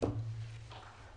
בבקשה.